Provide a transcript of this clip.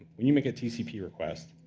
when you make a tcp request,